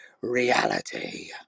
reality